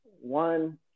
one